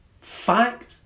fact